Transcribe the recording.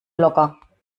locker